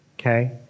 okay